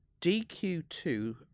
DQ2